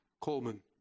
coleman